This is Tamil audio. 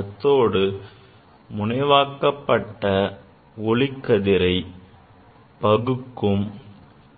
அத்தோடு முனைவாக்கப்பட்ட ஒளிக்கதிரை பகுக்கும்